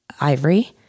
ivory